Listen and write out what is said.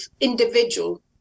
individual